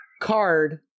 card